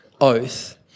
oath